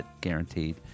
guaranteed